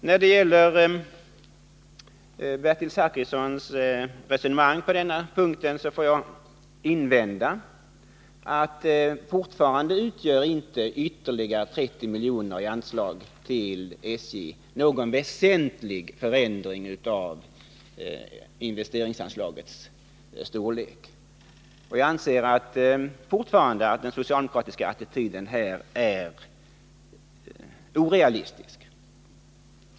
När det gäller Bertil Zachrissons resonemang på denna punkt får jag invända att fortfarande utgör inte ytterligare 30 milj.kr. i anslag till SJ någon väsentlig förändring av investeringsanslagets storlek. Jag anser fortfarande att den socialdemokratiska attityden här är orealistisk.